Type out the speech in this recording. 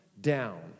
down